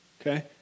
okay